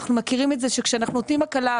אנחנו מכירים את זה שכשאנחנו נותנים הקלה,